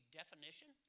definition